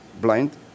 blind